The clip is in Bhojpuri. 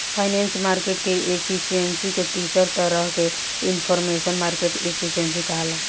फाइनेंशियल मार्केट के एफिशिएंसी के तीसर तरह के इनफॉरमेशनल मार्केट एफिशिएंसी कहाला